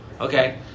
Okay